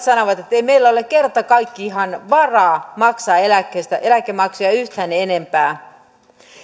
sanovat että ei meillä ole kerta kaikkiaan varaa maksaa eläkemaksuja yhtään enempää